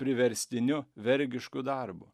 priverstiniu vergišku darbu